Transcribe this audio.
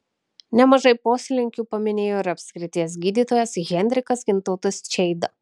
nemažai poslinkių paminėjo ir apskrities gydytojas henrikas gintautas čeida